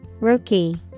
Rookie